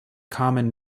common